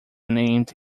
named